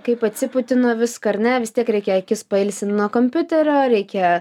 kaip atsiputi nuo visko ar ne vis tiek reikia akis pailsin nuo kompiuterio reikia